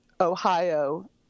Ohio